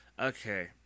Okay